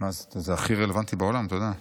מה זה, זה הכי רלוונטי בעולם, אתה יודע.